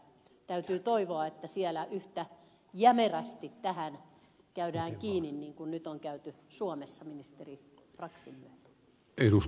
täytyy toivoa että siellä yhtä jämerästi tähän käydään kiinni kuin nyt on käyty suomessa ministeri braxin myötä